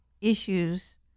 issues